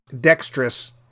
dexterous